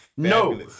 No